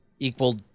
Equal